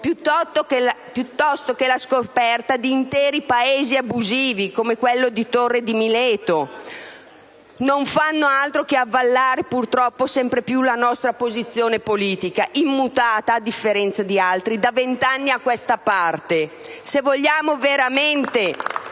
piuttosto che la scoperta di interi Paesi abusivi, come quello di Torre Mileto, non fanno altro che avvallare, purtroppo, sempre più la nostra posizione politica, immutata, a differenza di altri Paesi, da vent'anni a questa parte. *(Applausi dal